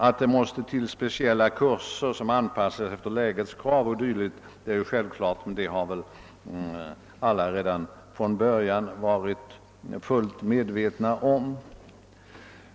— Att det måste till speciella kurser som är anpassade efter lägets krav o. d. är självklart, och det har väl alla redan från början varit fullt medvetna om.